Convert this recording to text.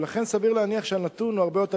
ולכן סביר להניח שהנתון הוא הרבה יותר